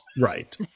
Right